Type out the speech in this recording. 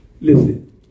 Listen